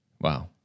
Wow